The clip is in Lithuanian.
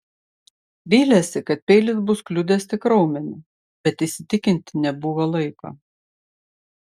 vylėsi kad peilis bus kliudęs tik raumenį bet įsitikinti nebuvo laiko